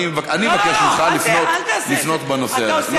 אני מבקש ממך לפנות בנושא הזה.